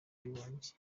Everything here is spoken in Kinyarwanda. w’abibumbye